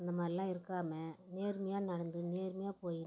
அந்த மாதிரில்லாம் இருக்காமல் நேர்மையாக நடந்து நேர்மையாக போயிடணும்